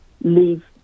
leave